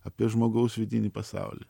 apie žmogaus vidinį pasaulį